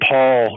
Paul